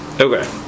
Okay